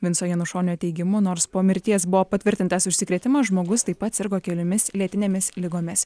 vinco janušonio teigimu nors po mirties buvo patvirtintas užsikrėtimas žmogus taip pat sirgo keliomis lėtinėmis ligomis